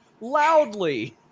loudly